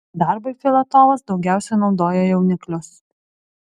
darbui filatovas daugiausiai naudojo jauniklius